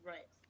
Right